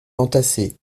entassées